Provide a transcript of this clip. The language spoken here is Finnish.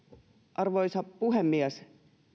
arvoisa puhemies